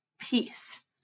peace